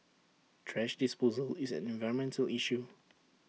thrash disposal is an environmental issue